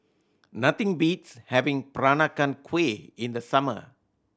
nothing beats having Peranakan Kueh in the summer